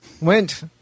went